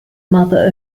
mother